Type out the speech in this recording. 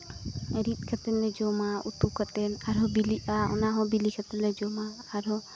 ᱨᱤᱫ ᱠᱟᱛᱮᱢ ᱡᱚᱢᱟ ᱩᱛᱩ ᱠᱟᱛᱮ ᱟᱨᱦᱚᱸ ᱵᱤᱞᱤᱜᱟ ᱚᱱᱟ ᱦᱚᱸ ᱵᱤᱞᱤ ᱠᱟᱛᱮ ᱞᱮ ᱡᱚᱢᱟ ᱟᱨᱦᱚᱸ